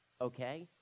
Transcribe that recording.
okay